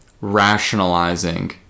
rationalizing